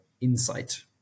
insight